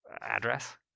address